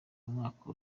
umwaka